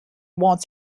wants